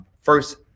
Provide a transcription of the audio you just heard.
First